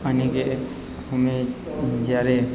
કારણ કે અમે જ્યારે